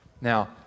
Now